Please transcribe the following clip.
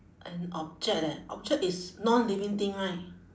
an object leh object is non living thing right